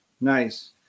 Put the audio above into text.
Nice